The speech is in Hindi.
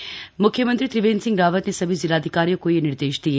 म्ख्यमंत्री त्रिवेंद्र सिंह रावत ने सभी जिलाधिकारियों को यह निर्देश दिये